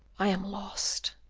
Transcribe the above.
i am lost.